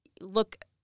look